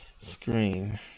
Screen